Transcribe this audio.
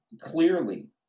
clearly